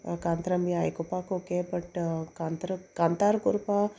कांतरां बी आयकुपाक ओके बट कांत्र कांतार कोरपा